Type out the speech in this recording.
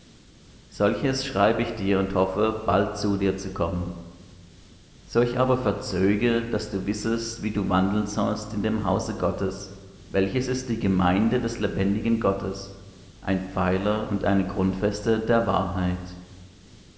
solches schreibe ich dir und hoffe bald zu dir zu kommen so ich aber verzöge daß du wissest wie du wandeln sollst in dem hause gottes welches ist die gemeinde des lebendigen gottes ein pfeiler und eine grundfeste der wahrheit